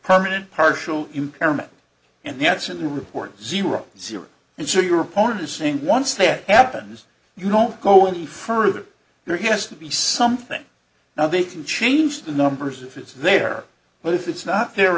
permanent partial impairment and that's in the report zero zero and so your opponent is saying once that happens you don't go any further there has to be something now they can change the numbers if it's there but if it's not